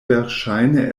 verŝajne